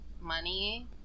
money